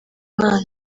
imana